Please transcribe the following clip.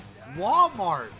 Walmart